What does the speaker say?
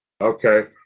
Okay